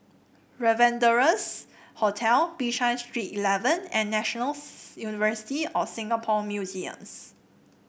Rendezvous Hotel Bishan Street Eleven and National University of Singapore Museums